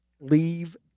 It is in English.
leave